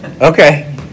Okay